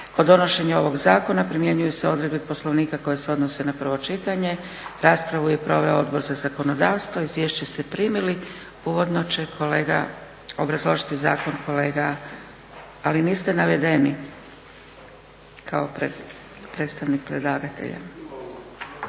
Kod donošenja ovog zakona primjenjuju se odredbe Poslovnika koje se odnose na prvo čitanje zakona. Raspravu su proveli Odbor za zakonodavstvo. Izvješća ste primili na sjednici. Uvodno će obrazložiti zakon kolega ali niste navedeni kao predstavnik predlagatelja.